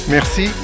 Merci